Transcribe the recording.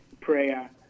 prayer